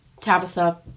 Tabitha